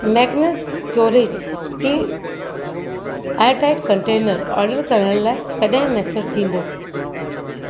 Magnus storage steel airtight container order करण लाइ कॾहिं मुयसरु थींदो